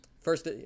first